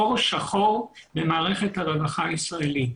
חור שחור במערכת הרווחה הישראלית.